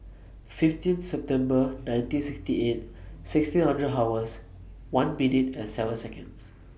fifteen September nineteen sixty eight sixteen hundred hours one minute and seven Seconds